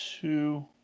Two